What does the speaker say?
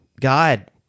God